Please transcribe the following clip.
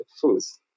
foods